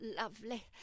lovely